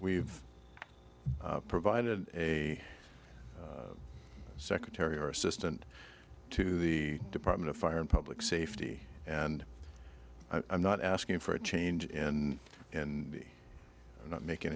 we've provided a secretary or assistant to the department of fire and public safety and i'm not asking for a change in and not making